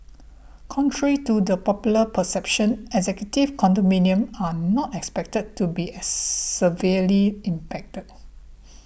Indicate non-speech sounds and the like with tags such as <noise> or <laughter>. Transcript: contrary to the popular perception executive condominium are not expected to be as <noise> severely impacted